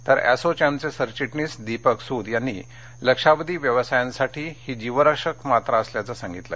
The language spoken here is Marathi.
तर असोचॅमचे सरघिटणीस दीपक सूद यांनी लक्षावधी व्यवसायांसाठी ही जीवरक्षक मात्रा असल्याचं सांगितलं